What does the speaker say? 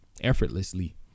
effortlessly